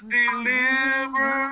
deliver